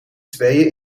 tweeën